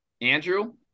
Andrew